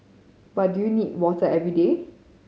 but do you need water every day